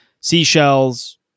seashells